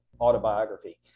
autobiography